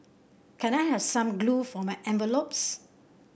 can I have some glue for my envelopes